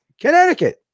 Connecticut